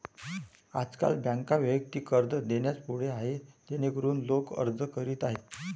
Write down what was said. आजकाल बँका वैयक्तिक कर्ज देण्यास पुढे आहेत जेणेकरून लोक अर्ज करीत आहेत